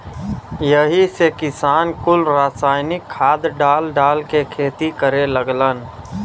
यही से किसान कुल रासायनिक खाद डाल डाल के खेती करे लगलन